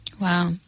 wow